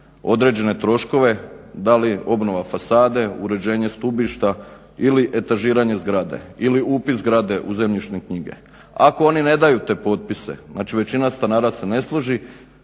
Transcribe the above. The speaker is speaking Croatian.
određene troškove da li je obnova fasade, uređenje stubišta ili etažiranje zgrade ili upis zgrade u zemljišne knjige. Ako oni ne daju te potpise, znači većina stanara se ne složi